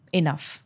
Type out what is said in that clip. enough